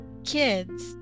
Kids